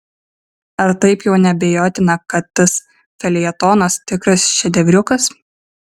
ar taip jau neabejotina kad tas feljetonas tikras šedevriukas